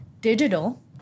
digital